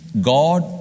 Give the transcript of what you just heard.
God